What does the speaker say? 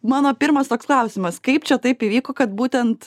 mano pirmas toks klausimas kaip čia taip įvyko kad būtent